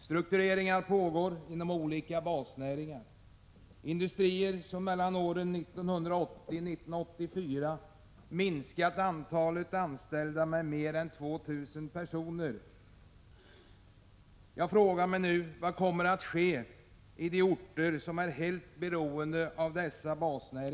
Struktureringar pågår nu inom olika basnäringar — industrier som mellan åren 1980 och 1984 minskat antalet anställda med mer än 2 000 personer. Jag frågar mig nu: Vad kommer att ske i de orter som är helt beroende av dessa basindustrier?